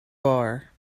barr